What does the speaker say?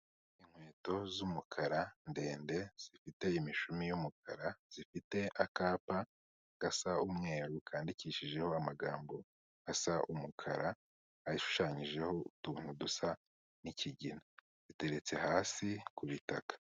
Inkweto z'umukara ndende zifite imishumi y'umukara, zifite akapa gasa umweru kandikishijeho amagambo asa umukara, ashushanyijeho utuntu dusa n'ikigina ziteretse hasi ku bitaka.